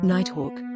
Nighthawk